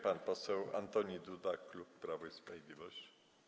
Pan poseł Antoni Duda, klub Prawo i Sprawiedliwość.